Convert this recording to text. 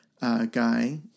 Guy